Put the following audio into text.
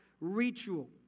Ritual